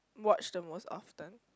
watch the most often